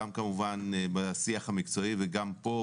גם כמובן בשיח המקצועי וגם פה,